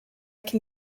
can